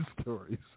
stories